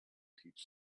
teach